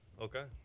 Okay